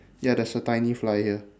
ya there's a tiny fly here